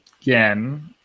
again